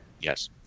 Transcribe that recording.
Yes